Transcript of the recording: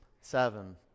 seven